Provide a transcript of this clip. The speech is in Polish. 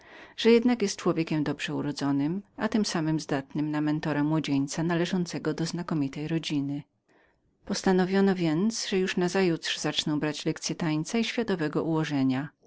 że jednak był człowiekiem dobrze urodzonym a tem samem sposobnym na mentora młodzieńca należącego do znakomitej rodziny postanowiono więc że od jutra zacznę brać lekcye tańca i światowego ułożenia